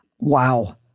Wow